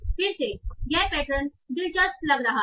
फिर से यह पैटर्न दिलचस्प लग रहा है